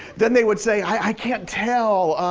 then they would say, i can't tell.